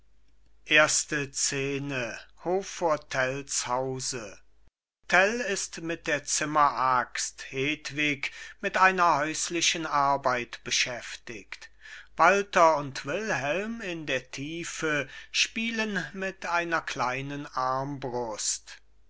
hause tell ist mit der zimmeraxt hedwig mit einer häuslichen arbeit beschäftigt walther und wilhelm in der tiefe spielen mit einer kleinen armbrust